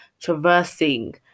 traversing